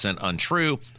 untrue